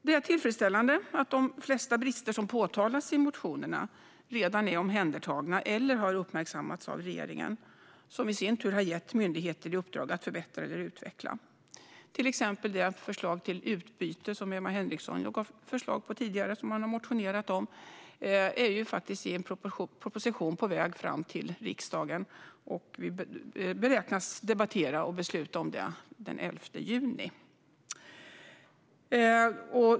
Det är tillfredsställande att de flesta brister som påtalas i motionerna redan är omhändertagna eller har uppmärksammats av regeringen, som i sin tur har gett myndigheter i uppdrag att förbättra eller utveckla. Ett exempel är det förslag om utbyte som Emma Henriksson tog upp tidigare och som man har motionerat om. Där är en proposition på väg fram till riksdagen, och vi beräknas debattera och besluta om detta den 11 juni.